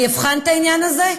אני אבחן את העניין הזה,